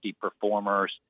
performers